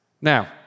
now